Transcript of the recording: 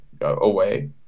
away